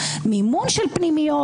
מימון של פנימיות.